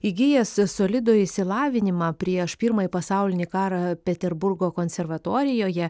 įgijęs solidų išsilavinimą prieš pirmąjį pasaulinį karą peterburgo konservatorijoje